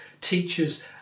teachers